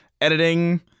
editing